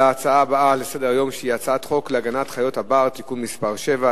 להצעה הבאה על סדר-היום: הצעת חוק להגנת חיית הבר (תיקון מס' 7),